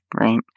Right